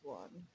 one